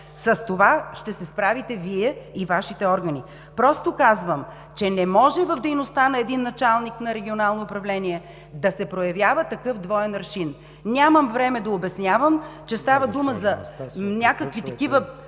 С това ще се справите Вие и Вашите органи. Просто казвам, че не може в дейността на един началник на Регионално управление да се проявява такъв двоен аршин. Нямам време да обяснявам, че става дума за някакви…